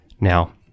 Now